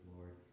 Lord